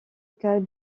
cas